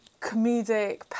comedic